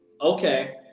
okay